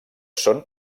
són